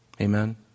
Amen